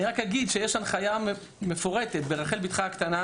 אני רק אגיד שיש הנחיה מפורטת ברחל בתך הקטנה,